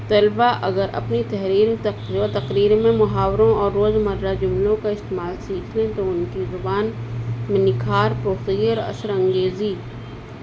طلبہ اگر اپنی تحریر تقریر میں محاوروں اور روزمرہ جملوں کا استعمال سیکھ لیں تو ان کی زبان میں نکھار پروسیی اور اثر انگیزی